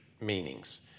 meanings